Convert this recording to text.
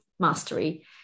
mastery